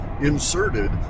inserted